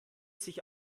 sich